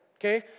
Okay